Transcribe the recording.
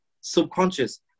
subconscious